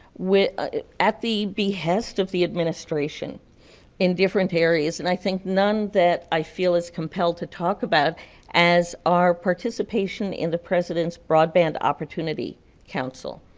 at the behest of the administration in different areas, and i think none that i feel is compelled to talk about as our participation in the president's broadband opportunity council.